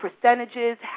percentages